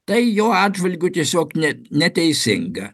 tai jo atžvilgiu tiesiog ne neteisinga